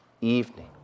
evening